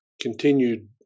continued